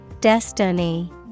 Destiny